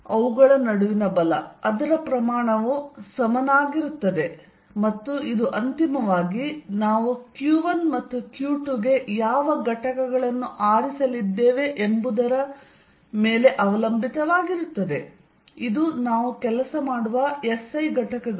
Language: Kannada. ಅವುಗಳ ನಡುವಿನ ಬಲ ಅದರ ಪ್ರಮಾಣವು ಸಮನಾಗಿರುತ್ತದೆ ಮತ್ತು ಇದು ಅಂತಿಮವಾಗಿ ನಾವು q1 ಮತ್ತು q2 ಗೆ ಯಾವ ಘಟಕಗಳನ್ನು ಆರಿಸಲಿದ್ದೇವೆ ಎಂಬುದರ ಮೇಲೆ ಅವಲಂಬಿತವಾಗಿರುತ್ತದೆ ಇದು ನಾವು ಕೆಲಸ ಮಾಡುವ ಎಸ್ಐ ಘಟಕಗಳು